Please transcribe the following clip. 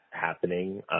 happening